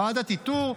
ועדת איתור,